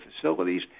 facilities